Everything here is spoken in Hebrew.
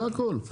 זה הכל,